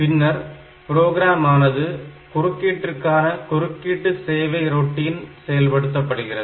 பின்னர் ப்ரோக்ராம் ஆனது குறுக்கீட்டுகான குறுக்கீட்டு சேவை ரொட்டின் செயல்படுத்தப்படுகிறது